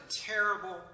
terrible